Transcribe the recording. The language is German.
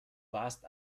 warst